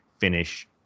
finish